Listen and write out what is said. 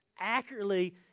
accurately